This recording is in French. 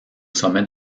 sommet